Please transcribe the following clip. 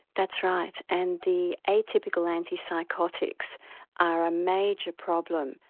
that's right and the atypical anti-psychotics are a major problem.